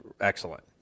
excellent